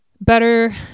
better